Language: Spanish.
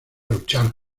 luchar